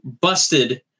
busted